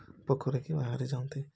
ପୋଖରୀକି ବାହାରିଯାଆନ୍ତି